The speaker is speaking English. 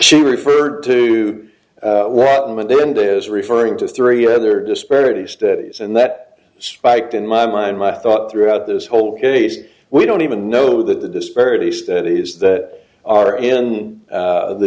she referred to him and then de is referring to three other disparity studies and that spiked in my mind my thought throughout this whole case we don't even know that the disparity studies that are in